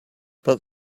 but